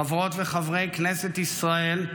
חברות וחברי כנסת ישראל,